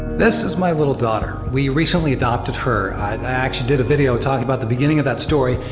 this is my little daughter. we recently adopted her. i actually did a video talking about the beginning of that story,